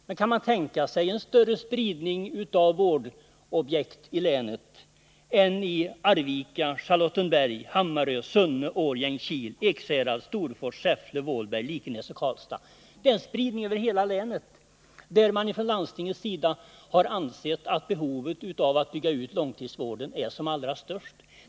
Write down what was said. Men kan man tänka sig en större spridning av vårdobjekt i länet än i Arvika, Charlottenberg, Hammarö, Sunne, Årjäng, Kil, Ekshärad, Storfors, Säffle, Vålberg, Likenäs och Karlstad? Det är en spridning över hela länet, där man från landstingets sida har ansett att behovet av att bygga ut långtidsvården är som allra störst.